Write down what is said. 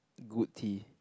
good tea